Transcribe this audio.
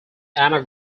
anna